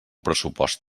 pressupost